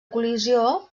col·lisió